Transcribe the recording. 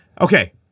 Okay